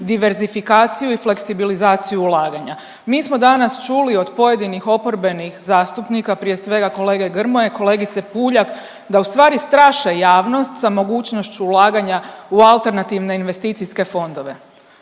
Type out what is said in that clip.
diversifikaciju i fleksibilizaciju ulaganja. Mi smo danas čuli od pojedinih oporbenih zastupnika, prije svega kolege Grmoje i kolegice Puljak da ustvari straše javnost sa mogućnošću ulaganja u AIF-ove. A ja vas